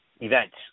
events